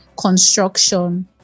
construction